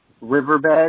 riverbed